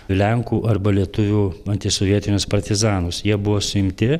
lenkų arba lietuvių antisovietinius partizanus jie buvo suimti